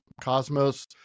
cosmos